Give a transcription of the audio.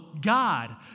God